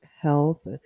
health